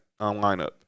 lineup